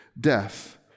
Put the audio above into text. death